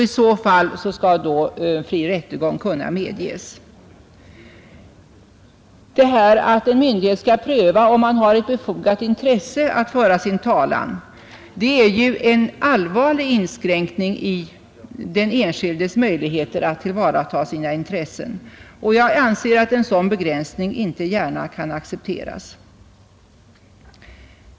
I så fall skall fri rättegång kunna medges. Det förfaringssättet att en myndighet skall pröva om en person har ett befogat intresse av att föra sin talan är en allvarlig inskränkning i den enskildes möjligheter att tillvarata sina intressen. Jag anser att en sådan begränsning inte kan accepteras.